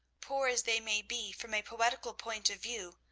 poor as they may be from a poetical point of view,